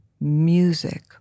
music